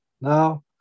now